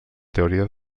teoria